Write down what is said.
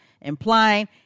implying